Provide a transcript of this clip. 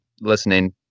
listening